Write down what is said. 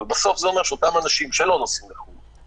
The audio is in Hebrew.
אבל בסוף זה אומר שאותם אנשים שלא נוסעים לחו"ל,